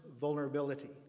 vulnerability